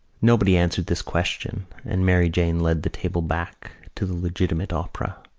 nobody answered this question and mary jane led the table back to the legitimate opera.